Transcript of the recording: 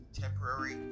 temporary